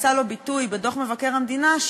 מצא לו ביטוי בדוח מבקר המדינה,